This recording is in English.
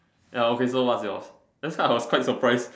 ya okay so what's yours then start I was quite surprise